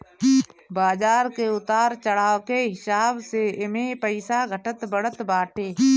बाजार के उतार चढ़ाव के हिसाब से एमे पईसा घटत बढ़त बाटे